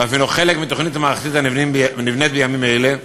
ואף הנה חלק מתוכנית מערכתית הנבנית בימים אלה.